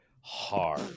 hard